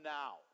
now